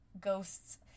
ghosts